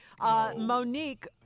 Monique